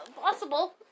possible